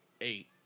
eight